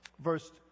verse